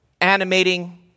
animating